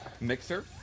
mixer